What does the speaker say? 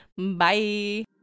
Bye